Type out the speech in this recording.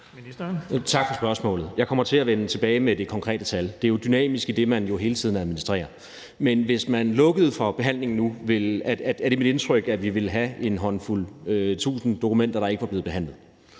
Tak for spørgsmålet. Jeg kommer til at vende tilbage med det konkrete tal. Det er jo dynamisk, idet man hele tiden administrerer. Men hvis man lukkede for behandlingen nu, er det mit indtryk, at vi ville have en håndfuld tusinde dokumenter, der ikke var blevet behandlet.